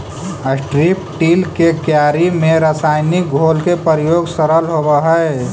strip till के क्यारि में रसायनिक घोल के प्रयोग सरल होवऽ हई